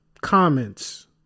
comments